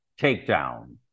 Takedown